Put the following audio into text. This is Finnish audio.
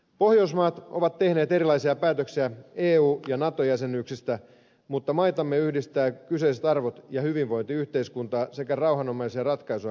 pohjoismaat ovat tehneet erilaisia päätöksiä eu ja nato jäsenyyksistä mutta maitamme yhdistävät kyseiset arvot ja hyvinvointiyhteiskunta sekä rauhanomaisia ratkaisuja korostava politiikka